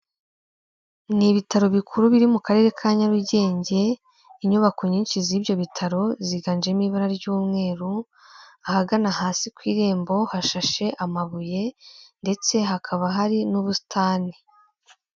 Ni ibitaro bikuru biri mu Karere ka Narugenge, inyubako nyinshi z'ibyo bitaro ziganjemo ibara ry'umweru, ahagana hasi ku irembo hashashe amabuye ndetse hakaba hari n'ubusitani.